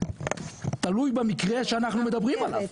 תלוי במקרה שאנחנו מדברים עליו,